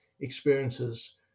experiences